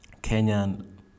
Kenyan